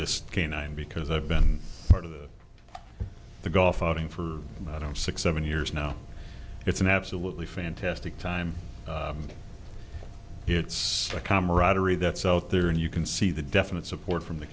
this canine because i've been part of the the golf outing for i don't six seven years now it's an absolutely fantastic time it's the camaraderie that's out there and you can see the definite support from the